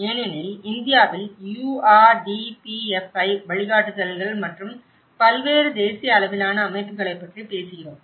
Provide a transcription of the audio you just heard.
ஏனெனில் இந்தியாவில் URDPFI வழிகாட்டுதல்கள் மற்றும் பல்வேறு தேசிய அளவிலான அமைப்புகளைப் பற்றி பேசுகிறோம்